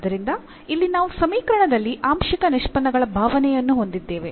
ಆದ್ದರಿಂದ ಇಲ್ಲಿ ನಾವು ಸಮೀಕರಣದಲ್ಲಿ ಆಂಶಿಕ ನಿಷ್ಪನ್ನಗಳ ಭಾವನೆಯನ್ನು ಹೊಂದಿದ್ದೇವೆ